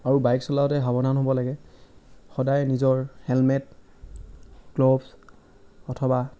আৰু বাইক চলাওঁতে সাৱধান হ'ব লাগে সদায় নিজৰ হেলমেট গ্লোভছ অথবা